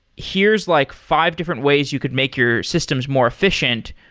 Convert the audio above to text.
here is like five different ways you could make your systems more efficient.